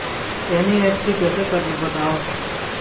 NEFT कैसे करबो बताव?